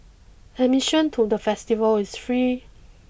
admission to the festival is free